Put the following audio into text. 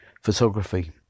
photography